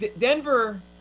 Denver